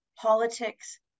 politics